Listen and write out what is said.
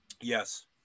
Yes